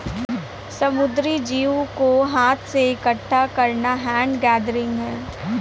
समुद्री जीव को हाथ से इकठ्ठा करना हैंड गैदरिंग है